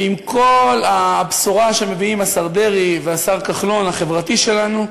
ועם כל הבשורה שמביאים השר דרעי והשר כחלון החברתי שלנו,